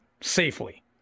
safely